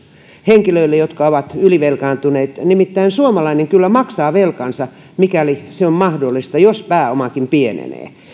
henkilöille jotka ovat ylivelkaantuneet nimittäin suomalainen kyllä maksaa velkansa mikäli se on mahdollista jos pääomakin pienenee